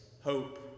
hope